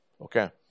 Okay